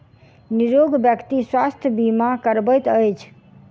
निरोग व्यक्ति स्वास्थ्य बीमा करबैत अछि